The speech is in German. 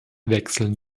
wechseln